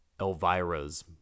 Elvira's